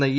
എന്ന ഇ